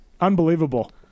unbelievable